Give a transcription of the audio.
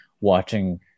watching